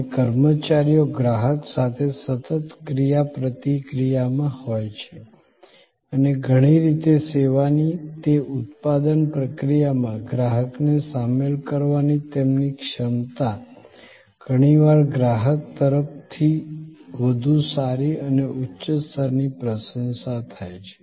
અને કર્મચારીઓ ગ્રાહક સાથે સતત ક્રિયાપ્રતિક્રિયામાં હોય છે અને ઘણી રીતે સેવાની તે ઉત્પાદન પ્રક્રિયામાં ગ્રાહકને સામેલ કરવાની તેમની ક્ષમતા ઘણીવાર ગ્રાહક તરફથી વધુ સારી અને ઉચ્ચ સ્તરની પ્રશંસા થાય છે